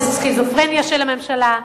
זה סכיזופרניה של הממשלה,